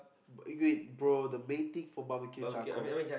eh wait bro the main thing for Barbecue charcoal